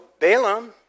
Balaam